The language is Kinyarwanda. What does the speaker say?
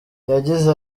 yagize